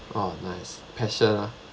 !wah! nice passion ah